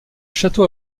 château